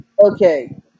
okay